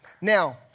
Now